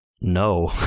No